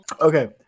Okay